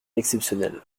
exceptionnel